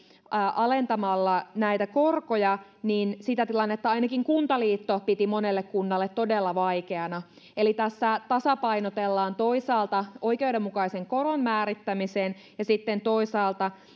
alentamalla näitä korkoja niin sitä tilannetta ainakin kuntaliitto piti monelle kunnalle todella vaikeana eli tässä tasapainotellaan toisaalta oikeudenmukaisen koron määrittämisen ja sitten toisaalta